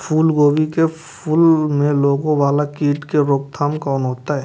फुल गोभी के फुल में लागे वाला कीट के रोकथाम कौना हैत?